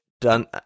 done